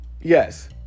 Yes